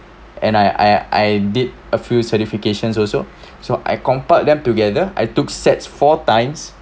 and I I I did a few certifications also so I compiled them together I took SATs four times